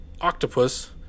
octopus